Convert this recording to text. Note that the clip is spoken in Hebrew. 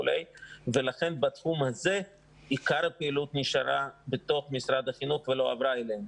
לכן בתחום הזה עיקר הפעילות נשאר בתוך משרד החינוך ולא עבר אלינו.